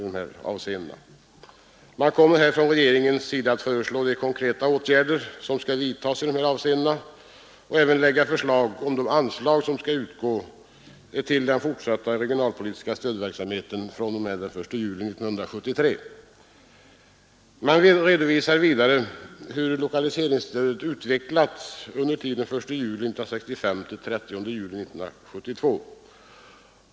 Regeringen kommer då att föreslå de konkreta åtgärder som skall vidtagas i detta avseende och även lägga förslag om de anslag som skall utgå till den fortsatta regionalpolitiska stödverksamheten fr.o.m. den 1 juli 1973. Man redovisar vidare hur lokaliseringsstödet utvecklats under tiden 1 juli 1965—30 juni 1972.